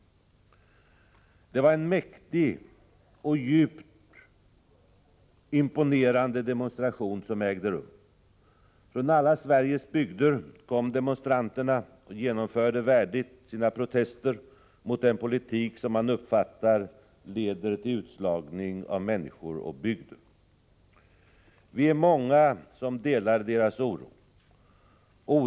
Det var en mäktig och djupt imponerande demonstration som ägde rum. Från alla Sveriges bygder kom demonstranterna och genomförde värdigt sina protester mot den politik som man uppfattar leder till utslagning av människor och bygder. Vi är många som delar deras oro.